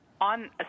on